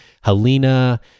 Helena